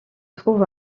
trouve